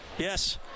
Yes